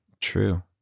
True